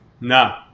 No